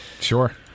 Sure